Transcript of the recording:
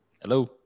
Hello